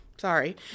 sorry